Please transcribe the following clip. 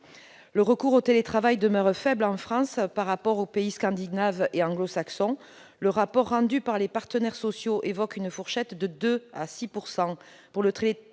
Le recours au télétravail demeure faible en France par rapport aux pays scandinaves et anglo-saxons : le rapport rendu par les partenaires sociaux évoque une fourchette de 2 % à 6 % pour le télétravail